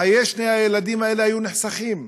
חיי שני הילדים האלה היו נחסכים.